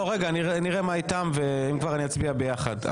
רגע, אנחנו נראה מה איתם ונצביע ביחד.